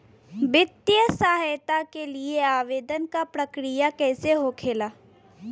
वित्तीय सहायता के लिए आवेदन क प्रक्रिया कैसे होखेला?